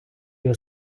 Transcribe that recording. його